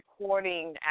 recording